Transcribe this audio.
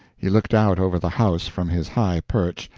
he looked out over the house from his high perch,